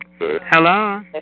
Hello